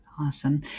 Awesome